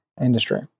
industry